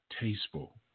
tasteful